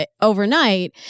overnight